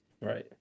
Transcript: Right